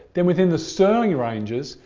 then within the stirling ranges,